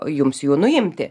jums jų nuimti